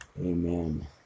Amen